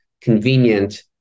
convenient